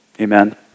Amen